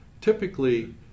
Typically